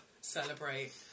celebrate